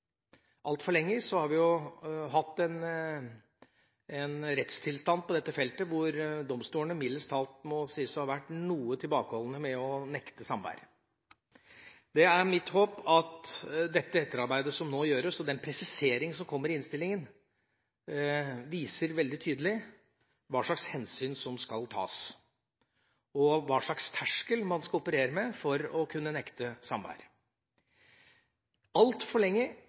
Altfor lenge har vi hatt en rettstilstand på dette feltet hvor domstolene mildest talt må sies å ha vært noe tilbakeholdne med å nekte samvær. Det er mitt håp at det etterarbeidet som nå gjøres, og den presisering som kommer i innstillingen, veldig tydelig viser hvilke hensyn som skal tas, og hvilken terskel man skal operere med for å kunne nekte samvær. Altfor lenge